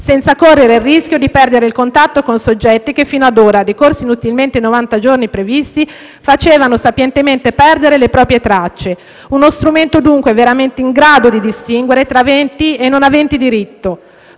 senza correre il rischio di perdere il contatto con soggetti che fino ad ora, decorsi inutilmente i novanta giorni previsti, facevano sapientemente perdere le proprie tracce. Si tratta di uno strumento dunque veramente in grado di distinguere tra aventi e non aventi diritto,